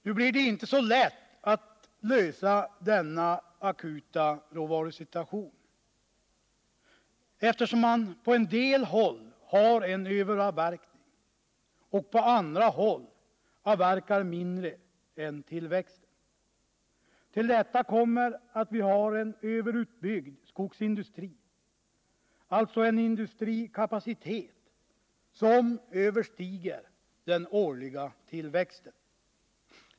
Nu blir det inte så lätt att lösa den akuta råvarubristen, eftersom man på en del håll överavverkar och på andra håll avverkar mindre än tillväxten. Till detta kommer att vi har en överutbyggd skogsindustri. alltså en industrikapacitet som överstiger den årliga tillväxten.